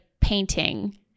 painting